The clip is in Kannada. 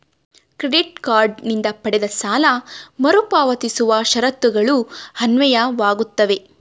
ಕ್ರೆಡಿಟ್ ಕಾರ್ಡ್ ನಿಂದ ಪಡೆದ ಸಾಲ ಮರುಪಾವತಿಸುವ ಷರತ್ತುಗಳು ಅನ್ವಯವಾಗುತ್ತವೆ